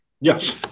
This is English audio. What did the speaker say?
Yes